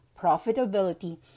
profitability